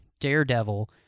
Daredevil